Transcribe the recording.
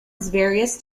various